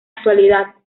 actualidad